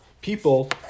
people